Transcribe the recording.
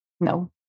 no